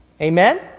Amen